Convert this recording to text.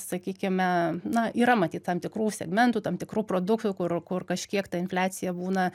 sakykime na yra matyt tam tikrų segmentų tam tikrų produktų kur kur kažkiek ta infliacija būna